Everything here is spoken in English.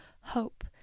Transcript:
hope